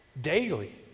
daily